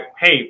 hey